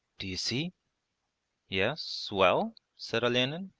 d'you see yes, well said olenin,